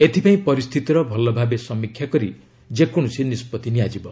ଏଥିପାଇଁ ପରିସ୍ଥିତିର ଭଲଭାବେ ସମୀକ୍ଷା କରି ଯେକୌଣସି ନିଷ୍ପଭି ନିଆଯିବ